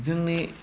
जोंनि